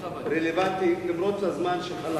והוא ממשיך להיות רלוונטי למרות הזמן שחלף.